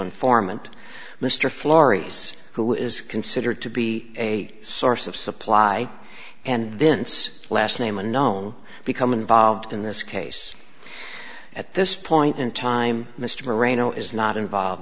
informant mr florrie's who is considered to be a source of supply and then its last name unknown become involved in this case at this point in time mr marino is not involved